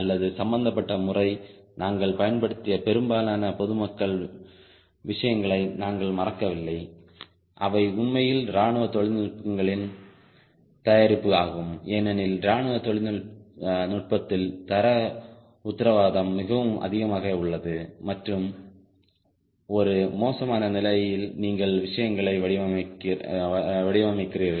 அல்லது சம்பந்தப்பட்ட முறை நாங்கள் பயன்படுத்திய பெரும்பாலான பொதுமக்கள் விஷயங்களை நாங்கள் மறக்கவில்லை அவை உண்மையில் இராணுவ தொழில்நுட்பங்களின் தயாரிப்பு ஆகும் ஏனெனில் இராணுவ தொழில்நுட்பத்தில் தர உத்தரவாதம் மிகவும் அதிகமாக உள்ளது மற்றும் ஒரு மோசமான நிலையில் நீங்கள் விஷயங்களை வடிவமைக்கிறீர்கள்